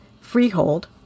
freehold